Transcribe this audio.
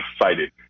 excited